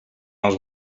els